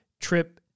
trip